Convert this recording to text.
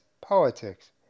Politics